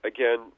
Again